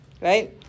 right